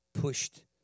pushed